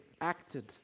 acted